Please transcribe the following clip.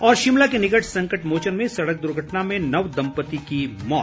और शिमला के निकट संकटमोचन में सड़क दुर्घटना में नव दम्पति की मौत